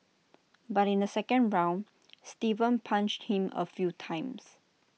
but in the second round Steven punched him A few times